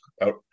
out